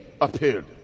appeared